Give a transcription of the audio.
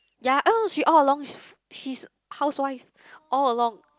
ya oh she all along she she's housewife all along